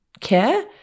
care